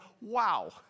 wow